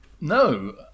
No